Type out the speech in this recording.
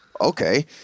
okay